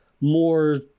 more